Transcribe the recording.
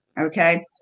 Okay